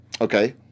Okay